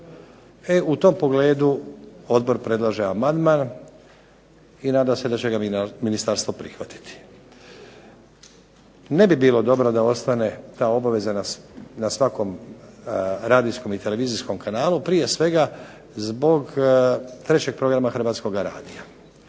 u tom pogledu odbor predlaže amandman i nada se da će ga ministarstvo prihvatiti. Ne bi bilo dobro da ostane ta obaveza na svakom radijskom i televizijskom kanalu, prije svega zbog trećeg programa Hrvatskoga radija